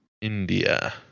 india